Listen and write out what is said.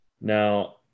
Now